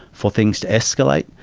for things to escalate.